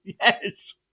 Yes